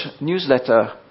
newsletter